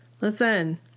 listen